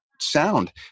sound